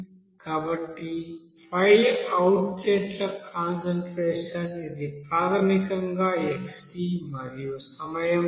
కాబట్టి 5 outlet concentration ఇది ప్రాథమికంగా xD మరియు సమయం Δt